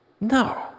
No